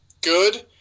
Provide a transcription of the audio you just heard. good